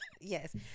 Yes